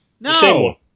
No